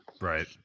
Right